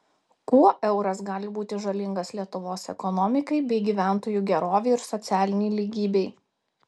kuo euras gali būti žalingas lietuvos ekonomikai bei gyventojų gerovei ir socialinei lygybei